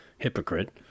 hypocrite